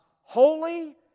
holy